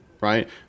right